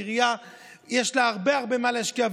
לעירייה יש הרבה הרבה מה להשקיע,